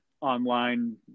online